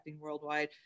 worldwide